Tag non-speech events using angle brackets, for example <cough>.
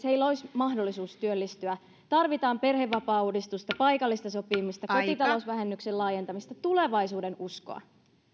<unintelligible> heillä olisi mahdollisuus työllistyä tarvitaan perhevapaauudistusta paikallista sopimista kotitalousvähennyksen laajentamista tulevaisuudenuskoa